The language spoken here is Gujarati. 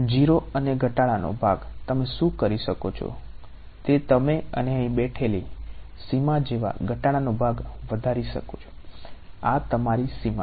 0 અને ધટાડાનો ભાગ તમે શું કરી શકો છો તે તમે અને અહીં બેઠેલી સીમા જેવા ધટાડાનો ભાગ વધારી શકો છો આ તમારી સીમા છે